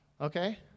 okay